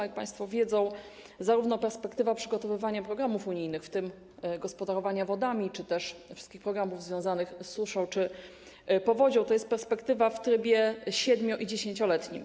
Jak państwo wiedzą, perspektywa przygotowywania programów unijnych, w tym gospodarowania wodami, czy też programów związanych z suszą czy powodzią, to jest perspektywa w trybie 7- i 10-letnim.